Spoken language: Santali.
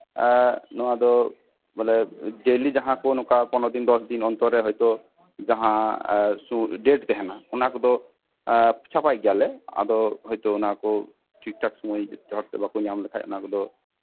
ᱮᱸᱜ ᱱᱚᱣᱟ ᱫᱚ ᱵᱚᱞᱮ ᱰᱮᱞᱤ ᱡᱟᱦᱟᱸᱠᱚ ᱱᱚᱝᱠᱟ ᱯᱚᱱᱨᱚ ᱫᱤᱱ ᱫᱚᱥ ᱫᱤᱱ ᱚᱱᱛᱚᱨ ᱨᱮ ᱡᱟᱦᱟᱸ ᱥᱩᱨ ᱮᱸᱜ ᱰᱮᱴ ᱛᱟᱦᱮᱸᱱᱟ ᱚᱱᱟ ᱠᱚᱫᱚ ᱪᱷᱟᱯᱟᱭ ᱜᱮᱭᱟᱞᱮ ᱟᱫᱚ ᱦᱳᱭᱛᱳ ᱚᱱᱟ ᱠᱚ ᱴᱷᱤᱠᱼᱴᱷᱟᱠ ᱥᱚᱢᱚᱭ ᱨᱮ ᱦᱚᱲ ᱠᱚ ᱵᱟᱠᱚ ᱧᱟᱢ ᱞᱮᱠᱷᱟᱡ ᱚᱱᱟ ᱠᱚ